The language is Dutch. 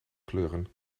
kleuren